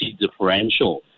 differential